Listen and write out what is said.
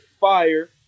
Fire